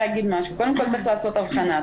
קודם כל צריך לעשות הבחנה,